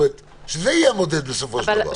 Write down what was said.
שזה יהיה המודל בסופו של דבר.